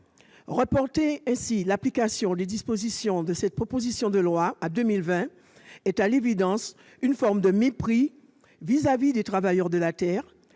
Reporter ainsi l'application des dispositions de cette proposition de loi à 2020 est, à l'évidence, une forme de mépris vis-à-vis des travailleurs de la terre